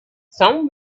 some